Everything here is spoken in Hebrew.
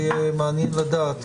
זה יהיה מעניין לדעת.